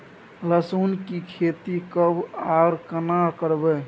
लहसुन की खेती कब आर केना करबै?